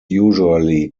usually